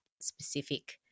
specific